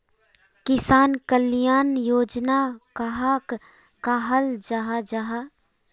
किसान कल्याण योजना कहाक कहाल जाहा जाहा?